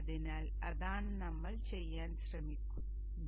അതിനാൽ അതാണ് നമ്മൾ ചെയ്യാൻ ശ്രമിക്കുന്നത്